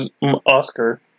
Oscar